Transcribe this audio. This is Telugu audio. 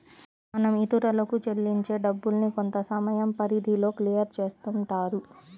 మనం ఇతరులకు చెల్లించే డబ్బుల్ని కొంతసమయం పరిధిలో క్లియర్ చేస్తుంటారు